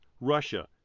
Russia